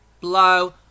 blow